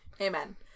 Amen